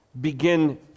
begin